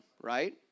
right